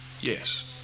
Yes